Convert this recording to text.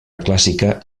clàssica